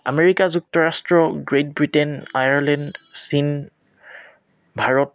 America যুক্তৰাষ্ট্ৰ Great Britain Ireland চীন ভাৰত